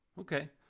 okay